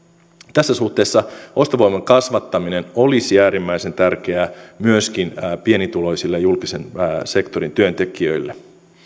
tässä suhteessa ostovoiman kasvattaminen olisi äärimmäisen tärkeää myöskin pienituloisille julkisen sektorin työntekijöille